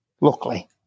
Luckily